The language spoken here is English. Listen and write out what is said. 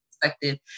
perspective